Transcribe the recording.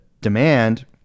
demand